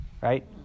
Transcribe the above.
right